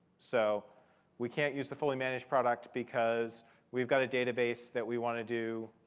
so we can't use the fully managed product because we've got a database that we want to do